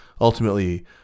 ultimately